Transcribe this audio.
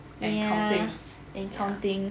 and counting